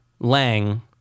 Lang